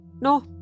No